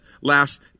last